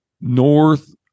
north